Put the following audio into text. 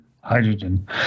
hydrogen